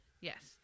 Yes